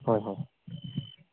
ꯍꯣꯏ ꯍꯣꯏ